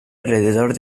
alrededor